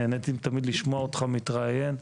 נהניתי תמיד לשמוע אותך מתראיין,